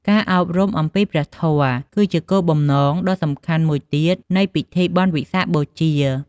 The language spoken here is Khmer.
ការអប់រំអំពីព្រះធម៌ គឺជាគោលបំណងដ៏សំខាន់មួយទៀតនៃពិធីបុណ្យវិសាខបូជា។